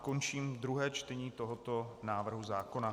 Končím druhé čtení tohoto návrhu zákona.